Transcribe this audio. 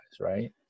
Right